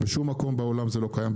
בשום מקום בעולם זה לא קיים,